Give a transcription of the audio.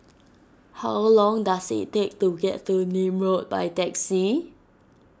how long does it take to get to Nim Road by taxi